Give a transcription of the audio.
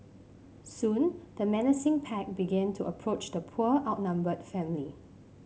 soon the menacing pack began to approach the poor outnumbered family